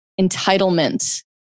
entitlement